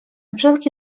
wszelki